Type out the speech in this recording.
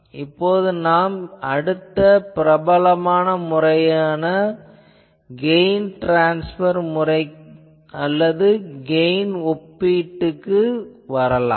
இப்போது நாம் அடுத்த பிரபலமான வழிமுறை கெயின் ட்ரான்ஸ்பர் வழிமுறை அல்லது கெயின் ஒப்பீடுக்கு வரலாம்